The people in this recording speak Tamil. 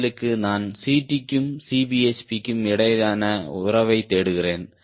பதிலுக்கு நான் Ct க்கும் Cbhp க்கும் இடையிலான உறவைத் தேடுகிறேன்